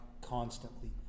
constantly